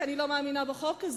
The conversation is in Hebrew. כי אני לא מאמינה בחוק הזה.